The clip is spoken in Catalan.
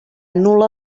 nul·la